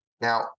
Now